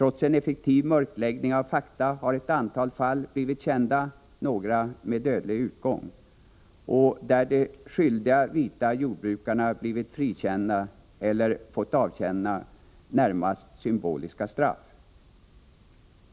Trots en effektiv mörkläggning av fakta har ett antal fall blivit kända, några med dödlig utgång, där de skyldiga vita jordbrukarna blivit frikända eller fått avtjäna närmast symboliska straff.